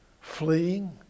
fleeing